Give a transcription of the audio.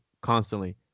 constantly